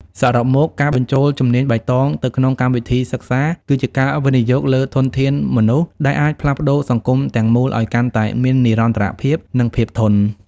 សរុបមក ការបញ្ចូលជំនាញបៃតងទៅក្នុងកម្មវិធីសិក្សា គឺជាការវិនិយោគលើធនធានមនុស្ស ដែលអាចផ្លាស់ប្តូរសង្គមទាំងមូលឱ្យកាន់តែមាននិរន្តរភាព និងភាពធន់។